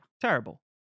Terrible